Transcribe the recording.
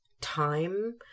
time